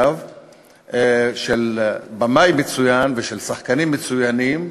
של במאי מצוין ושל שחקנים מצוינים,